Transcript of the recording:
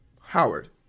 Howard